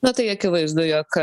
na tai akivaizdu jog